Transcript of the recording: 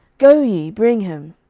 go ye, bring him.